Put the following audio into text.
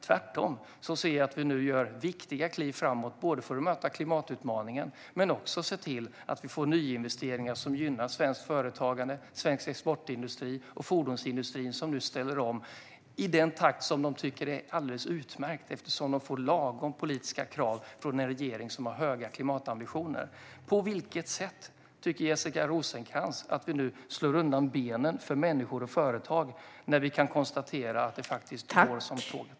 Tvärtom ser jag att vi nu tar viktiga kliv framåt för att möta klimatutmaningen men också se till att vi får nyinvesteringar som gynnar svenskt företagande, svensk exportindustri och fordonsindustrin, som nu ställer om i den takt som de tycker är alldeles utmärkt, eftersom de får lagom politiska krav från en regering som har höga klimatambitioner. På vilket sätt tycker Jessica Rosencrantz att vi nu "slår undan benen för människor och företag" när vi kan konstatera att det faktiskt går som tåget?